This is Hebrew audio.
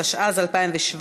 התשע"ז 2017,